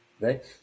Right